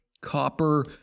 copper